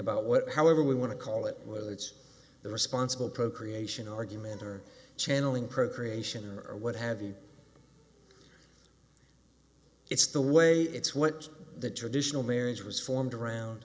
about what however we want to call it whether it's the responsible procreation argument or channelling procreation or what have you it's the way it's what the traditional marriage was formed around